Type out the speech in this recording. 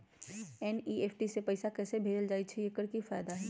NEFT से पैसा कैसे भेजल जाइछइ? एकर की फायदा हई?